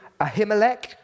Ahimelech